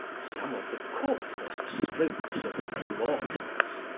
some of the coarsest strokes of plautus,